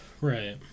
Right